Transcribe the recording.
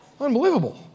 Unbelievable